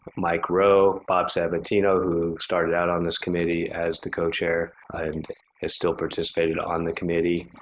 mike roe, bob sabatino, who started out on this committee as the co-chair and has still participated on the committee,